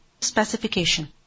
specification